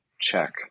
check